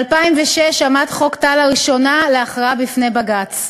ב-2006 עמד חוק טל לראשונה להכרעה בפני בג"ץ.